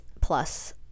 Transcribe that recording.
plus